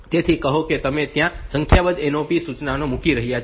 તેથી કહો કે તમે ત્યાં સંખ્યાબંધ NOP સૂચનાઓ મૂકી શકો છો